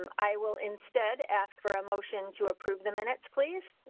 um i will instead ask for a motion to approve the minutes. please.